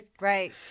right